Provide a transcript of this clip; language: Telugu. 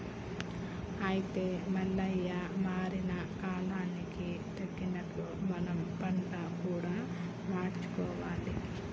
అయితే మల్లయ్య మారిన కాలానికి తగినట్లు మనం పంట కూడా మార్చుకోవాలి